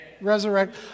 Resurrect